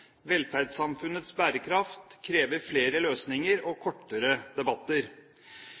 Velferdssamfunnets bærekraft krever flere løsninger og kortere debatter.